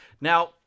Now